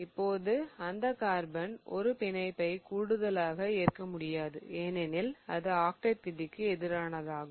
இப்போது அந்த கார்பன் ஒரு பிணைப்பை கூடுதலாக ஏற்க முடியாது ஏனெனில் அது ஆக்டெட் விதிக்கு எதிரானதாகும்